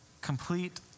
complete